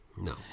No